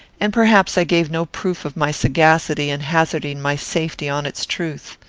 and perhaps i gave no proof of my sagacity in hazarding my safety on its truth.